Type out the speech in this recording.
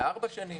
לארבע שנים,